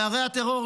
מערי הטרור,